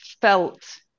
felt